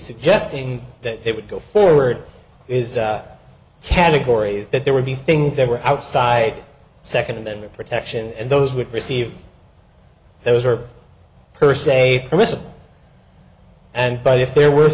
suggesting that it would go forward is categories that there would be things that were outside second amendment protection and those would receive those are per se permissible and but if there were